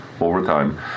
overtime